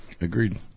Agreed